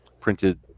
printed